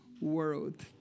world